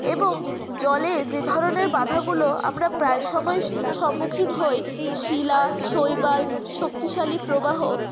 এবং জলে যে ধরনের বাধাগুলো আমরা প্রায় সময় সম্মুখীন হই শিলা শৈবাল শক্তিশালী প্রবাহ